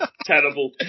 Terrible